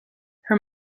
her